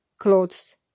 clothes